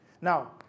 Now